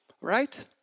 Right